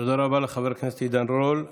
תודה רבה לחבר הכנסת עידן רול.